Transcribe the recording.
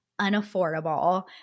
unaffordable